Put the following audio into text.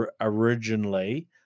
originally